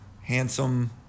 handsome